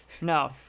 No